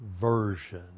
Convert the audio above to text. Version